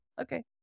okay